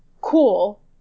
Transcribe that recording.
cool